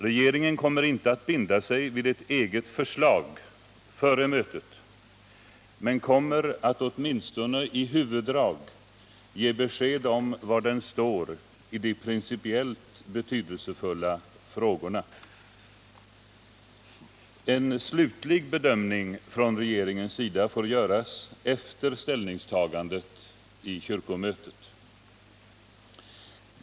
Regeringen kommer inte att binda sig vid ett eget förslag före mötet men kommer att åtminstone i huvuddrag ge besked om var den står i de principiellt betydelsefulla frågorna. En slutlig bedömning från regeringens 25 sida får göras efter ställningstagandet i kyrkomötet.